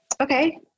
okay